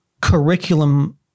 curriculum